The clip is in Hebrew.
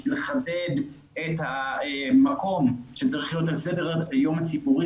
בשביל לכבד את המקום שהוא צריך להיות על סדר היום הציבורי